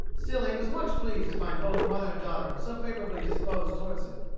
still he was much pleased to find both mother and daughter so favorably disposed toward him.